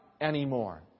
anymore